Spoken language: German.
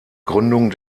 gründung